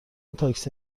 تاکسی